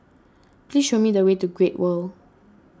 please show me the way to Great World